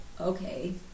okay